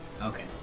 Okay